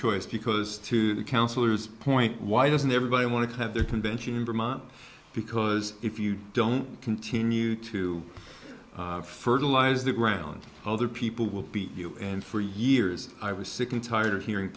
choice because to the counselors point why doesn't everybody want to have their convention in vermont because if you don't continue to fertilize the ground other people will be in for years i was sick and tired of hearing